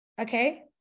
Okay